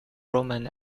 roman